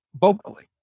vocally